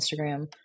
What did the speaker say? Instagram